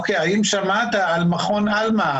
אוקיי, האם שמעת על מכון 'עלמה'?